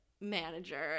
manager